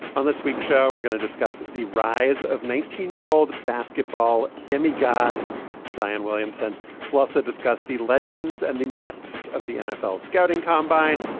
on this week's show, we're gonna discuss the rise of nineteen year old basketball demi-god zion williamson plus to ah discuss the legends and the myths of the nfl scouting combine.